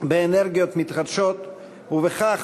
באנרגיות מתחדשות ובכך